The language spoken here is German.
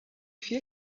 vier